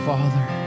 Father